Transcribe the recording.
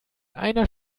einer